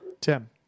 tim